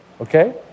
Okay